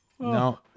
No